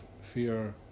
fear